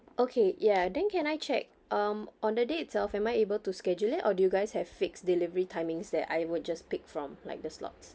okay ya then can I check um on the day itself am I able to schedule it or do you guys have fixed delivery timings that I would just pick from like the slots